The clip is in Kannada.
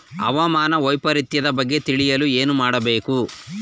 ಹವಾಮಾನ ವೈಪರಿತ್ಯದ ಬಗ್ಗೆ ತಿಳಿಯಲು ಏನು ಮಾಡಬೇಕು?